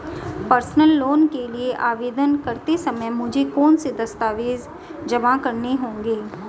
Personal loan के लिए आवेदन करते समय मुझे कौन से दस्तावेज़ जमा करने होंगे?